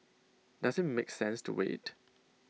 does IT make sense to wait